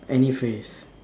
any phrase